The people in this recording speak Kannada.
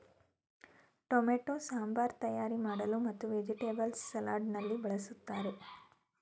ಟೊಮೆಟೊ ಸಾಂಬಾರ್ ತಯಾರಿ ಮಾಡಲು ಮತ್ತು ವೆಜಿಟೇಬಲ್ಸ್ ಸಲಾಡ್ ನಲ್ಲಿ ಬಳ್ಸತ್ತರೆ